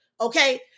okay